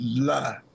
lie